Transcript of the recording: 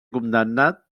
condemnat